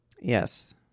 Yes